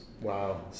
Wow